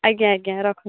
ଆଜ୍ଞା ଆଜ୍ଞା ରଖନ୍ତୁ